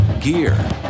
gear